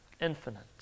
infinite